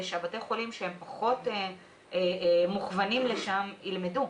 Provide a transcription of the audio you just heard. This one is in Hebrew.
שבתי החולים שהם פחות מוכוונים לשם ילמדו.